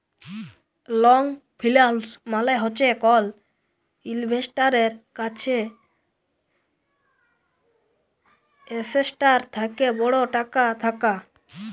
long ফিল্যাল্স মালে হছে কল ইল্ভেস্টারের কাছে এসেটটার থ্যাকে বড় টাকা থ্যাকা